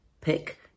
pick